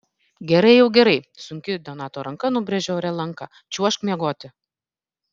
gerai jau gerai sunki donato ranka nubrėžė ore lanką čiuožk miegoti